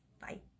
Bye